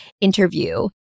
interview